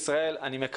אם זה לבוא לפה,